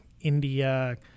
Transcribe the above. India